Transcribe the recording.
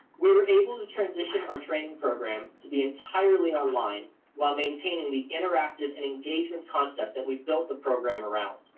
we were able to transition our training program to be entirely online while maintaining the interactive and engagement concept that we've built the program around.